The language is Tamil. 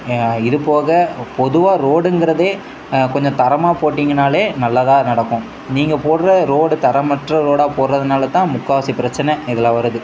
இதுப்போக பொதுவாக ரோடுங்கறதே கொஞ்சம் தரமாக போட்டிங்கன்னாலே நல்லதாக நடக்கும் நீங்கள் போடுற ரோடு தரமற்ற ரோடா போடுறதுனாலத்தான் முக்கால்வாசி பிரச்சனை இதெலாம் வருது